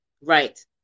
Right